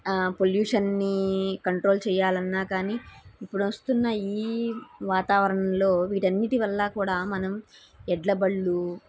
పొల్యూషన్ని control చెయ్యాలన్నా కానీ ఇప్పుడు వస్తున్న ఈ వాతావరణంలో వీటన్నిటి వల్ల కూడా మనం ఎడ్ల బళ్ళు